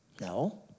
No